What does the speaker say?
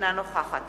אינה נוכחת